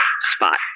spot